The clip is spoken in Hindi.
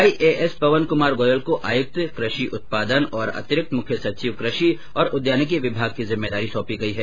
आईएएस पवन क्मार गोयल को आयुक्त कृषि उत्पादन और अतिरिक्त मुख्य सचिव कृषि और उद्यानिकी विभाग की जिम्मेदारी सौंपी गयी हैं